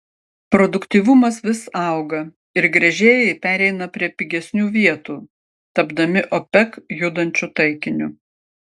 produktyvumas vis auga ir gręžėjai pereina prie pigesnių vietų tapdami opec judančiu taikiniu